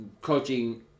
coaching